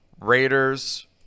Raiders